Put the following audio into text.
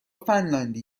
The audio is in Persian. فنلاندی